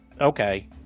Okay